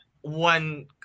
one